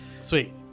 Sweet